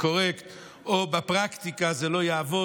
קורקט או אם בפרקטיקה זה לא יעבוד,